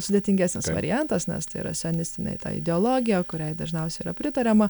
sudėtingesnis variantas nes tai yra sionistinė ideologija kuriai dažniausiai yra pritariama